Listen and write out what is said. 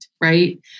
right